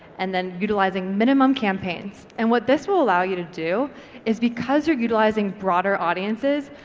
and then utilising minimum campaigns, and what this will allow you to do is because you're utilising broader audiences,